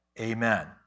Amen